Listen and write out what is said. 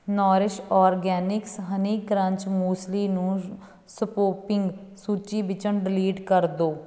Norris Organics honey crunch muesli ਨੂੰ shopping ਸੂਚੀ ਵਿੱਚੋ ਡਿਲੀਟ ਕਰ ਦਿਓ